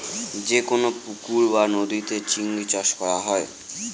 যেকোনো পুকুর বা নদীতে চিংড়ি চাষ করা হয়